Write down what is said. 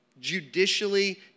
judicially